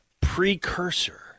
Precursor